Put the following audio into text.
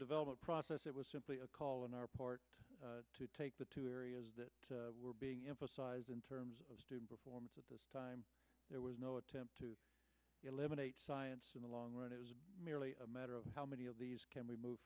development process it was simply a call on our part to take the two areas that were being emphasized in terms of performance at this time there was no attempt to eliminate science in the long run it was merely a matter of how many of these can we move